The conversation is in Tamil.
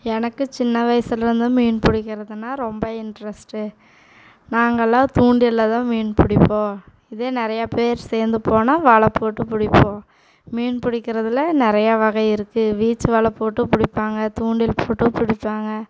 எனக்கு சின்ன வயசிலருந்து மீன் பிடிக்கிறதுன்னா ரொம்ப இன்ட்ரெஸ்ட்டு நாங்கள்லாம் தூண்டில்ல தான் மீன் பிடிப்போம் இதே நிறையா பேர் சேர்ந்து போனால் வலை போட்டு பிடிப்போம் மீன் பிடிக்கிறதுல நிறையா வகை இருக்குது வீச்சு வலை போட்டும் பிடிப்பாங்க தூண்டில் போட்டும் பிடிப்பாங்க